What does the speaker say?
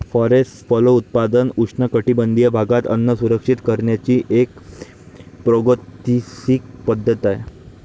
forest फलोत्पादन उष्णकटिबंधीय भागात अन्न सुरक्षित करण्याची एक प्रागैतिहासिक पद्धत आहे